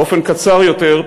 באופן קצר יותר,